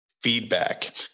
feedback